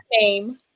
name